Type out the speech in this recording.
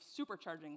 supercharging